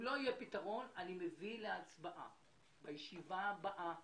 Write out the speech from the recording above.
אם לא יהיה פתרון, אני מביא להצבעה בישיבה הבאה